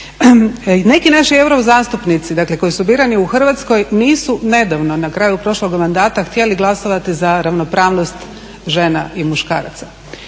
Neki naši euro zastupnici dakle koji su birani u Hrvatskoj nisu nedavno, na kraju prošlog mandata htjeli glasovati za ravnopravnost žena i muškaraca.